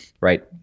right